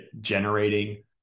generating